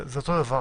זה אותו דבר.